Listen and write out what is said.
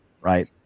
right